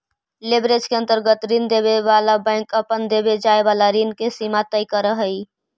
leverage के अंतर्गत ऋण देवे वाला बैंक अपन देवे जाए वाला ऋण के सीमा तय करऽ हई